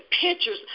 pictures